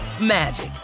magic